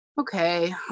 okay